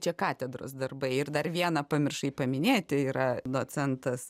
čia katedros darbai ir dar vieną pamiršai paminėti yra docentas